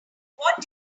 what